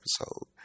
episode